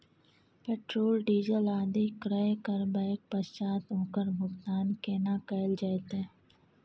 Petrol, diesel आदि क्रय करबैक पश्चात ओकर भुगतान केना कैल जेतै?